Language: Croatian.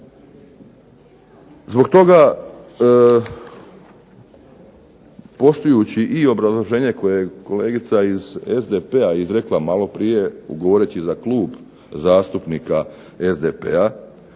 Zbog toga poštujući i obrazloženje koje je kolegice iz SDP-a izrekla malo prije govoreći za klub zastupnika SDP-a